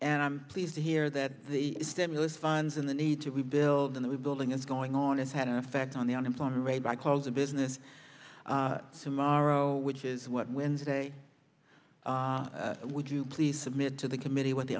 and i'm pleased to hear that the stimulus funds and the need to rebuild in the rebuilding is going on and had an effect on the unemployment rate by close of business tomorrow which is what wednesday would you please submit to the committee when the